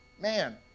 man